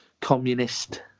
communist